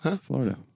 Florida